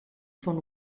von